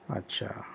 اچھا